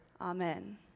Amen